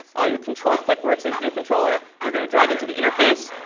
ah you control click where it says view controller. you're going to drag into the interface,